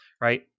right